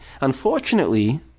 Unfortunately